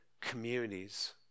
communities